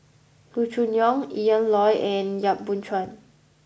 Loo Choon Yong Ian Loy and Yap Boon Chuan